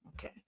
Okay